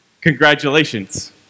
Congratulations